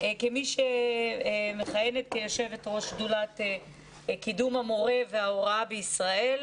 כמי שמכהנת כיושבת ראש שדולת קידום המורה וההוראה בישראל,